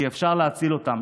כי אפשר להציל אותם.